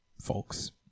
folks